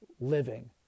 living